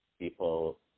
People